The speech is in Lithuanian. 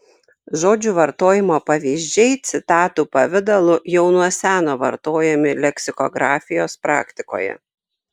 žodžių vartojimo pavyzdžiai citatų pavidalu jau nuo seno vartojami leksikografijos praktikoje